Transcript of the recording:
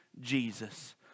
Jesus